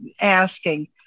asking